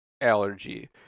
allergy